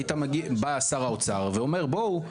בא שר האוצר ואומר "בואו,